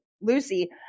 Lucy